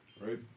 right